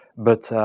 but,